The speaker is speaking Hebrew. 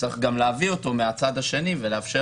צריך להביא אותו גם מהצד השני ולאפשר